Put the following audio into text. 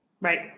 Right